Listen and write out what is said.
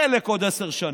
חלק, עוד עשר שנים,